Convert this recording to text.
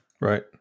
Right